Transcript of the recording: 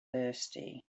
thirsty